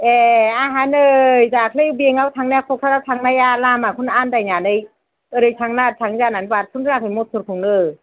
ए आंहा नै दाख्लै बेंक आव थांनाया क'क्राझार थांनाया लामाखौनो आन्दायनानै ओरै थांनो ना ओरै थांनो जानानै बारस'नो रोङाखै मथरखौनो